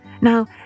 Now